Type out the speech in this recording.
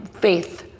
faith